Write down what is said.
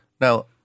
Now